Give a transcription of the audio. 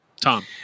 Tom